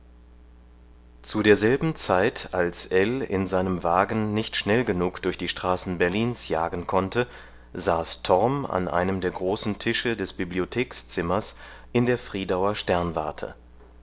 zu derselben zeit als ell in seinem wagen nicht schnell genug durch die straßen berlins jagen konnte saß torm an einem der großen tische des bibliothekzimmers in der friedauer sternwarte